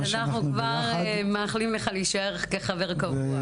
אז אנחנו כבר מאחלים לך להישאר כחבר קבוע.